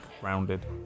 grounded